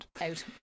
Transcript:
out